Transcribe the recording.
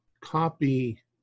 copy